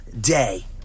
day